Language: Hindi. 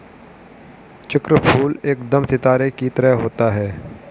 चक्रफूल एकदम सितारे की तरह होता है